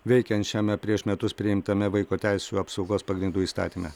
veikiančiame prieš metus priimtame vaiko teisių apsaugos pagrindų įstatyme